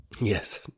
Yes